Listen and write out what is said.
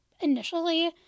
initially